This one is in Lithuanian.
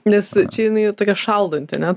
nes čia jinai tokia šaldanti ane